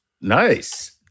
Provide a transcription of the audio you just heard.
Nice